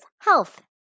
health